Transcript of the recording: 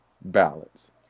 Balance